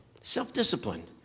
self-discipline